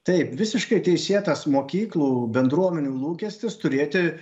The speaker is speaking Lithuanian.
taip visiškai teisėtas mokyklų bendruomenių lūkestis turėti